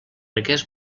aquest